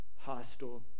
hostile